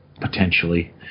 potentially